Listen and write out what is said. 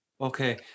Okay